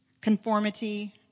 conformity